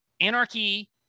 anarchy